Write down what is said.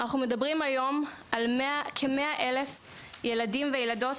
אנחנו מדברים היום על כ-100,000 ילדים וילדות